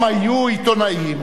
פעם היו עיתונאים,